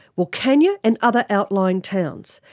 wilcannia and other outlying towns.